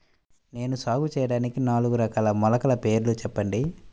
నేను సాగు చేయటానికి నాలుగు రకాల మొలకల పేర్లు చెప్పండి?